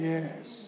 Yes